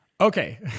Okay